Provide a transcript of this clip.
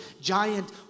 giant